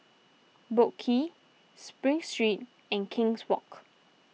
Boat Quay Spring Street and King's Walk